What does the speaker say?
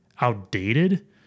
outdated